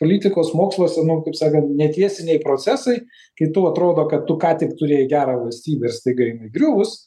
politikos moksluose nu kaip sakant netiesiniai procesai kai tu atrodo kad tu ką tik turėjai gerą valstybę ir staiga jinai griuvus